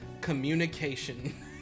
communication